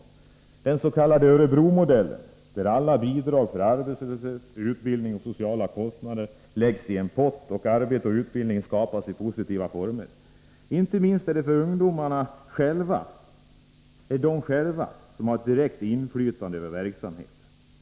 I den s.k. Örebromodellen läggs alla bidrag till arbetslöshetsutbildning och sociala kostnader i en pott, och arbete och utbildning skapas i positiva former. Inte minst viktigt är att ungdomarna själva har ett direkt inflytande över verksamheten.